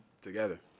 together